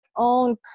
own